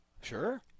Sure